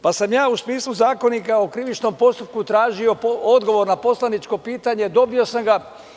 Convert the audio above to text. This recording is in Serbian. Ja sam u smislu Zakonika o krivičnom postupku tražio odgovor na poslaničko pitanje i dobio sam ga.